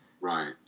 Right